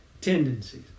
tendencies